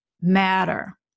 matter